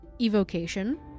evocation